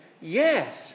Yes